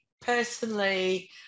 personally